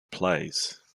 plays